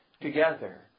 together